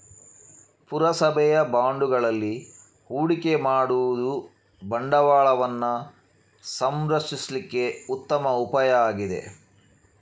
ಪುರಸಭೆಯ ಬಾಂಡುಗಳಲ್ಲಿ ಹೂಡಿಕೆ ಮಾಡುದು ಬಂಡವಾಳವನ್ನ ಸಂರಕ್ಷಿಸ್ಲಿಕ್ಕೆ ಉತ್ತಮ ಉಪಾಯ ಆಗಿದೆ